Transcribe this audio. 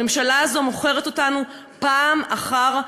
הממשלה הזו מוכרת אותנו פעם אחר פעם.